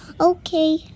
Okay